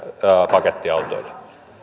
pakettiautoille